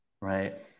right